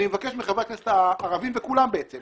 אני מבקש מחברי הכנסת הערביים ובעצם מכולם